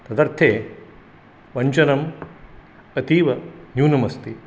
तदर्थे वञ्चनम् अतीव न्यूनमस्ति